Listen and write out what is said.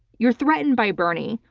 you're threatened by bernie.